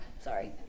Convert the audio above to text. Sorry